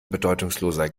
bedeutungsloser